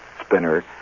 spinner